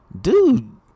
dude